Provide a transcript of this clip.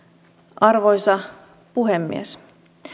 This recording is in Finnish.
arvoisa puhemies